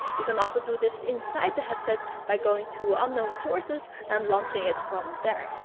you can also do this inside the headset by going to unknown sources and launching it from there.